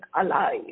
alive